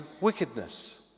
wickedness